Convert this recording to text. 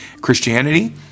christianity